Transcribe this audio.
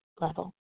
level